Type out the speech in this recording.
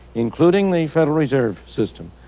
including the federal reserve system,